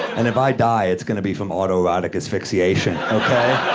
and if i die, it's gonna be from autoerotic asphyxiation, okay?